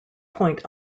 point